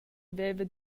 haveva